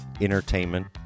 entertainment